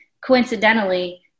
coincidentally